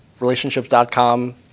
Relationships.com